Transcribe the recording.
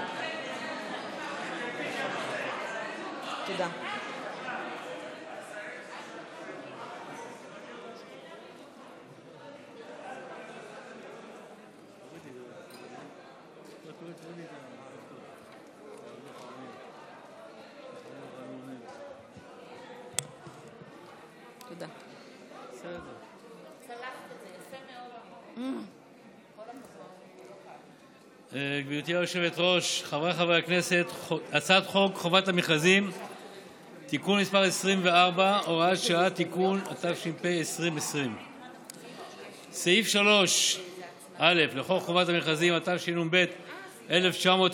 התש"ף 2020. סעיף 3א לחוק חובת המכרזים התשנ"ב 1992,